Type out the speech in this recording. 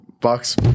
Bucks